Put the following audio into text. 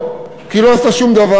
לא, כי היא לא עשתה שום דבר.